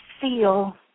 feel